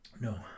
No